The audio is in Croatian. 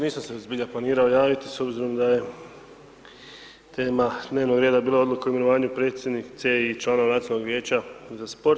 Nisam se zbilja planirao javiti, s obzirom da je tema dnevnog reda bila odluka o imenovanju predsjednice i članu nacionalnog vijeća za sport.